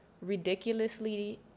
ridiculously